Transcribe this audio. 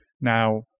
Now